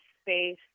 space